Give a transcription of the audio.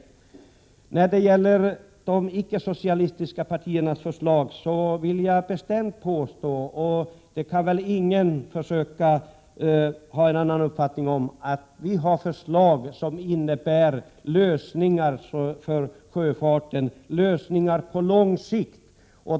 Jag vill bestämt påstå att de icke-socialistiska partierna har förslag som innebär lösningar på lång sikt för sjöfarten — ingen kan väl ha någon annan uppfattning på den punkten.